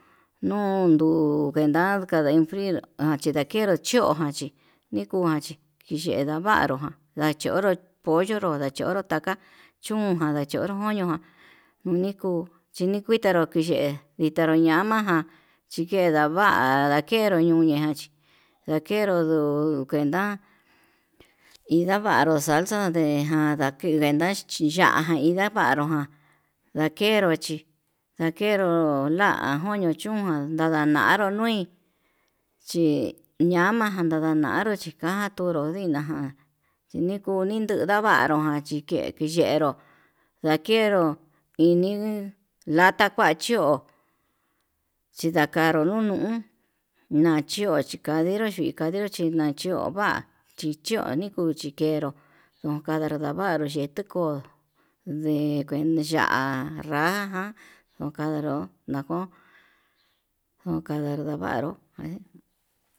Nundu kuenta kada enfrir chi ndakero chio jaxhi, nikuanchi nikendaru njua'an ndachionro pollo nró ndachionró taka, chún ndachionro koño ján nuni kuu chinrikutanro nuyee ndinranro ñama ján, chikendava ndakenro ñuñachí ndakenruu nduu kuenta indavaru salsa nde'e ndeján nakinguina chí ya'a ján inda'a vanruján ndakenro chí ndakenro nda'a kuño chún ján nadananru nui chí ñamaján ndaña ndanró chikandudu nina ján chini kuni nuu ndavanró ján chi ke'e kiyenruu ndakenro ini lata kua chi'ó chindakruu nunu nachio chí kandenro chuy chikandero chi nachio va'a chichioni kuyii ke'e kenro ndunkanrandu ndavanru yeti ko'o ndekueni ya'á raja ján ndukandaro ndako ndukandaro ndavaro jan.